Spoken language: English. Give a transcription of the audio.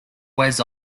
wears